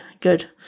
good